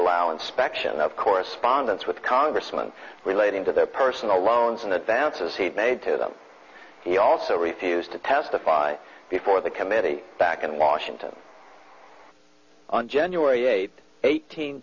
allow inspection of correspondence with congressman relating to their personal loans and advances he made to them he also refused to testify before the committee back in washington on january eighth eighteen